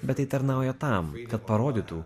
bet tai tarnauja tam kad parodytų